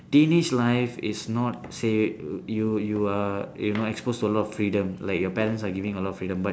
teenage life is not say you you are you know expose to a lot of freedom like your parents are giving a lot of freedom but